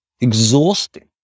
exhausting